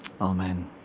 Amen